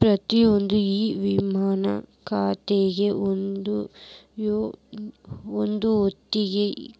ಪ್ರತಿಯೊಂದ್ ಇ ವಿಮಾ ಖಾತೆಗೆ ಒಂದ್ ಯೂನಿಕ್